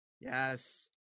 Yes